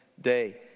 Day